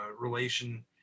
relation